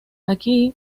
aquí